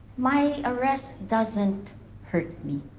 my arrest doesn't hurt me.